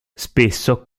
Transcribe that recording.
spesso